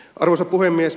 arvoisa puhemies